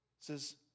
says